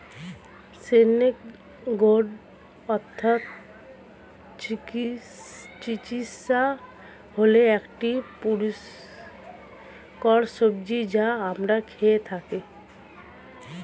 snake gourd অর্থাৎ চিচিঙ্গা হল একটি পুষ্টিকর সবজি যা আমরা খেয়ে থাকি